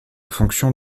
fonction